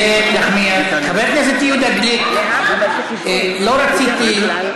חבר הכנסת יהודה גליק, חברת הכנסת איילת נחמיאס.